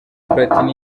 platini